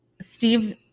Steve